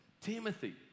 Timothy